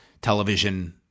television